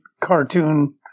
cartoon